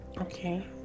okay